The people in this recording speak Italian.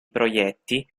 proietti